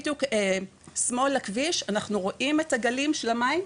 בדיוק משמאל לכביש, אנחנו רואים את הגלים של המים.